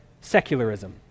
secularism